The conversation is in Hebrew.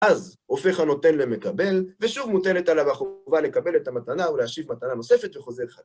אז הופך הנותן למקבל, ושוב מוטלת עליו החובה לקבל את המתנה או להשיב מתנה נוספת, וחוזר חדש.